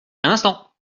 instant